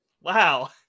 Wow